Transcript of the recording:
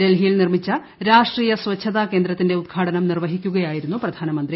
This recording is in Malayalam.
ഡൽഹിയിൽ നിർമിച്ച രാഷ്ട്രീയ് സ്ഥഛതാ കേന്ദ്രത്തിന്റെ ഉദ്ഘാടനം നിർവഹിക്കുകയായിരുന്നു പ്രധാനമന്ത്രി